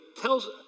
tells